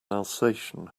alsatian